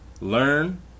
learn